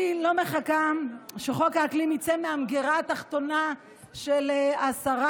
אני לא מחכה שחוק האקלים יצא מהמגירה התחתונה של השרה,